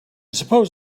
suppose